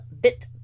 Bit